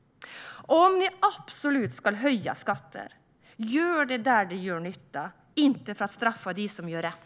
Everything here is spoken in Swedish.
Om ni absolut ska höja skatter, gör det där det gör nytta, inte för att straffa dem som gör rätt!